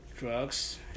drugs